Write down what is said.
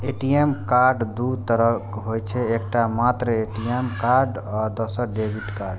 ATM card दू तरहक होइ छै, एकटा मात्र ए.टी.एम कार्ड आ दोसर डेबिट कार्ड